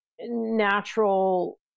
natural